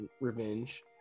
revenge